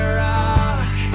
rock